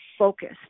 focused